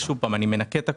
ושוב אני מנקה את הקורונה,